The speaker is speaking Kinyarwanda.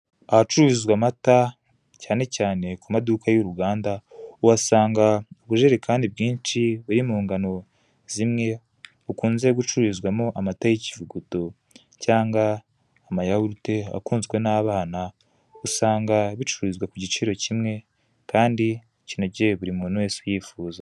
Ahacururizwa amata cyane cyane ku maduka y'uruganda, uhasanga ubujerekani bwinshi buri mu ngano zimwe bukunze gucururizwamo amata y'ikivuguto cyangwa amayawurute akunzwe n'abana, usanga bicururizwa ku giciro kimwe kandi kinogeye buri muntu uyifuza.